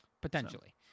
potentially